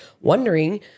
wondering